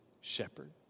shepherd